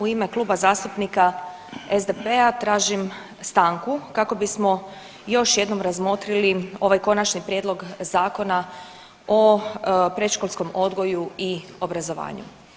U ime Kluba zastupnika SDP-a tražim stanku kako bismo još jednom razmotrili ovaj Konačni prijedlog Zakona o predškolskom odgoju i obrazovanju.